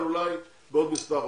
אבל אולי בעוד מספר חודשים.